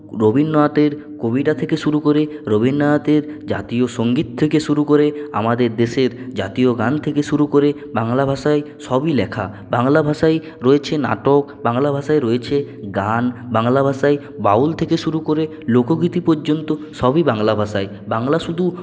রবীন্দ্রনাথের কবিতা থেকে শুরু করে রবীন্দ্রনাথের জাতীয় সঙ্গীত থেকে শুরু করে আমাদের দেশের জাতীয় গান থেকে শুরু করে বাংলা ভাষায় সবই লেখা বাংলা ভাষায় রয়েছে নাটক বাংলা ভাষায় রয়েছে গান বাংলা ভাষায় বাউল থেকে শুরু করে লোকগীতি পর্যন্ত সবই বাংলা ভাষায় বাংলা শুধু